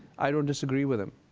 i don't disagree with him.